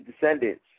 descendants